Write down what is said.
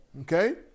Okay